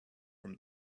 from